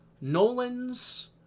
nolan's